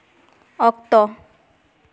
ᱚᱠᱛᱚ